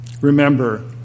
Remember